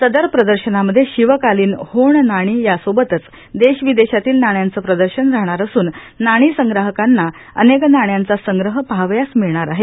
सदर प्रदर्शनांमध्ये शिवकालीन होण नाणी यासोबतच देश विदेशातील नाण्यांचे प्रदर्शन राहणार असून नाणी संग्राहकांनी अनेक नाण्यांचा संग्रह पहावयास मिळणार आहे